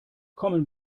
kommen